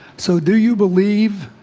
so do you believe?